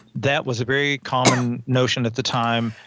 that was a very common notion at the time,